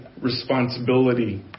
responsibility